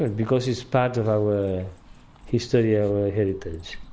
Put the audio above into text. and because it's part of our history, our heritage.